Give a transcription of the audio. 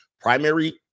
primary